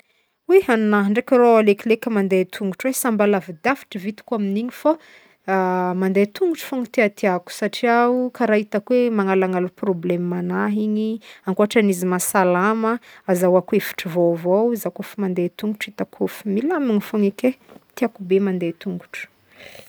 Hoe, agnahy ndraiky rô alekileko mande tongotro e, sa mba lavidavitry vitako amign'igny fô mande tongotro fôgny tiatiàko satrià ho karaha hitako hoe magnalagnala problem'agnahy igny akoàtran'izy mahasalama, ahazaoko hevitry vaovao za ko fa mande tongotro fô milamigny fô eky e, tiàko be mande tongotro.